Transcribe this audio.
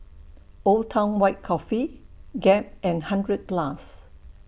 Old Town White Coffee Gap and hundred Plus